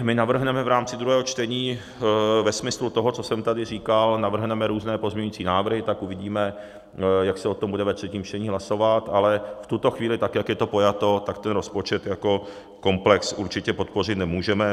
My navrhneme v rámci druhého čtení ve smyslu toho, co jsem tady říkal, navrhneme různé pozměňovací návrhy, tak uvidíme, jak se o tom bude ve třetím čtení hlasovat, ale v tuto chvíli, tak jak je to pojato, tak ten rozpočet jako komplex určitě podpořit nemůžeme.